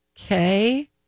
Okay